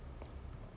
mm